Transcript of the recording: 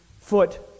foot